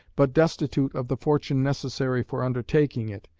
but destitute of the fortune necessary for undertaking it,